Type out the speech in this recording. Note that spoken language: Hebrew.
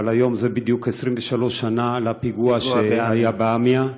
אבל היום זה בדיוק 23 שנה לפיגוע שהיה ב-AMIA,